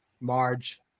Marge